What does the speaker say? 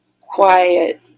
quiet